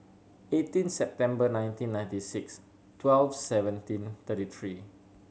eighteen September nineteen ninety six twelve seventeen thirty three